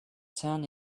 turned